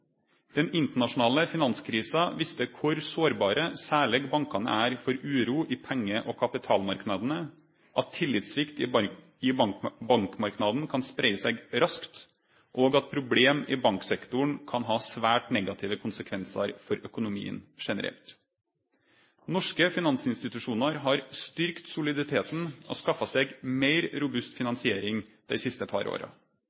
Den internasjonale finanskrisa viste kor sårbare særleg bankane er for uro i penge- og kapitalmarknadene, at tillitssvikt i bankmarknaden kan spreie seg raskt, og at problem i banksektoren kan ha svært negative konsekvensar for økonomien generelt. Norske finansinstitusjonar har styrkt soliditeten og skaffa seg meir robust finansiering dei siste par åra.